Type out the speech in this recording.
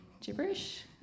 gibberish